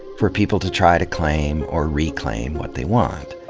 for people to try to claim or reclaim what they want.